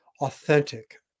authentic